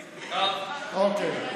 אוקיי.